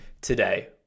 today